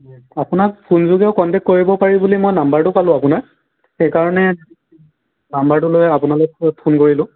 আপোনাক ফোন যোগেও কণ্টেক্ট কৰিব পাৰি বুলি মই নম্বৰটো পালোঁ আপোনাৰ সেইকাৰণে নম্বৰটো লৈ আপোনালৈ ফোন কৰিলোঁ